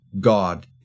God